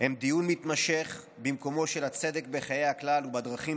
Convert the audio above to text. הם דיון מתמשך במקומו של הצדק בחיי הכלל ובדרכים